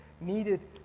needed